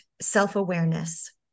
self-awareness